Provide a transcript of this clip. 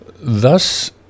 Thus